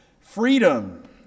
freedom